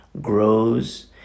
grows